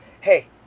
hey